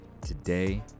Today